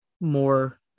more